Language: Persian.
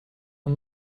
اون